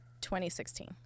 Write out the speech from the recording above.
2016